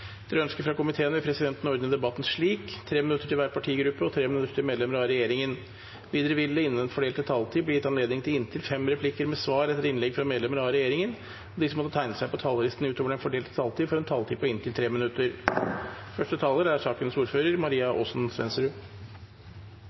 Etter ønske fra justiskomiteen vil presidenten ordne debatten slik: 3 minutter til hver partigruppe og 3 minutter til medlemmer av regjeringen. Videre vil det – innenfor den fordelte taletid – bli gitt anledning til inntil fem replikker med svar etter innlegg fra medlemmer av regjeringen, og de som måtte tegne seg på talerlisten utover den fordelte taletid, får en taletid på inntil 3 minutter. Justiskomiteen er